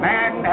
Man